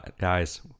guys